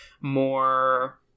more